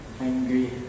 angry